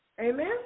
Amen